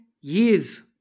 years